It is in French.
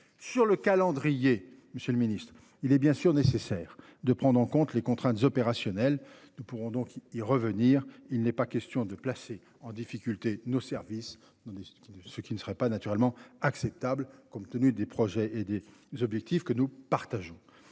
le Ministre, il est bien sûr nécessaire de prendre en compte les contraintes opérationnelles, nous pourrons donc il y revenir. Il n'est pas question de placer en difficulté nos services dans des sites qui, ce qui ne serait pas naturellement acceptable compte tenu des projets et des objectifs que nous partageons